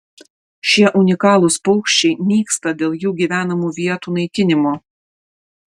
šie unikalūs paukščiai nyksta dėl jų gyvenamų vietų naikinimo